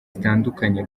zitandukanye